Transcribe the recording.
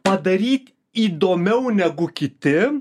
padaryt įdomiau negu kiti